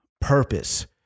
purpose